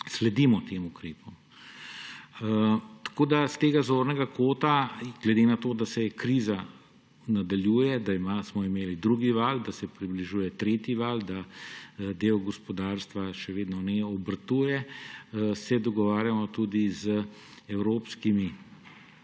sledimo tem ukrepom. S tega zornega kota se glede na to, da se kriza nadaljuje, da smo imeli drugi val, da se približuje tretji val, da del gospodarstva še vedno ne obratuje, dogovarjamo tudi z evropskimi